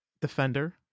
Defender